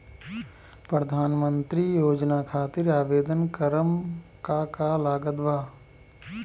प्रधानमंत्री योजना खातिर आवेदन करम का का लागत बा?